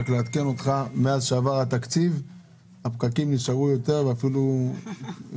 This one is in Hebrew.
אני רוצה לעדכן אותך שמאז שעבר התקציב הפקקים נשארו ואפילו החמירו.